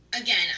again